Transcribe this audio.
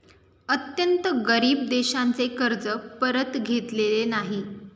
अत्यंत गरीब देशांचे कर्ज परत घेतलेले नाही